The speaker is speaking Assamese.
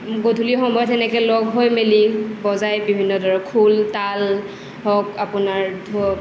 গধূলি সময়ত সেনেকৈ লগ হৈ মেলি বজায় বিভিন্ন ধৰণৰ ধৰক খোল তাল হওক আপোনাৰ